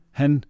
han